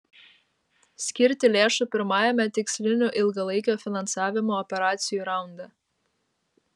skirti lėšų pirmajame tikslinių ilgalaikio finansavimo operacijų raunde